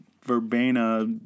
verbena